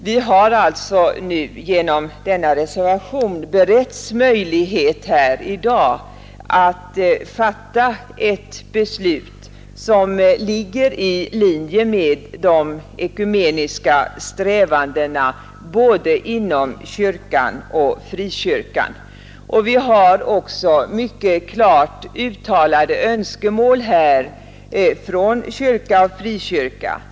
Vi har nu genom reservationen beretts möjlighet att i dag fatta ett beslut som ligger i linje med de ekumeniska strävandena inom både svenska kyrkan och frikyrkan. Vi har också mycket klart uttalade önskemål från kyrka och frikyrka.